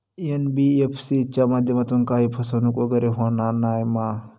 NBFC च्या माध्यमातून काही फसवणूक वगैरे होना नाय मा?